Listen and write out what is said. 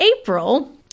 April